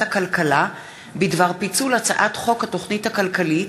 הכלכלה בדבר פיצול הצעת חוק התוכנית הכלכלית